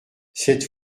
cette